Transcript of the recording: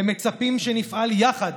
הם מצפים שנפעל יחד